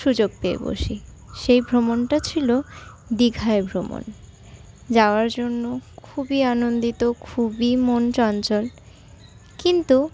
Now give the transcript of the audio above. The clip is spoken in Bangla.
সুযোগ পেয়ে বসি সেই ভ্রমণটা ছিল দীঘায় ভ্রমণ যাওয়ার জন্য খুবই আনন্দিত খুবই মন চঞ্চল কিন্তু